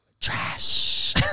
Trash